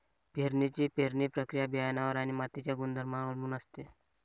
पेरणीची पेरणी प्रक्रिया बियाणांवर आणि मातीच्या गुणधर्मांवर अवलंबून असते